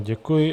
Děkuji.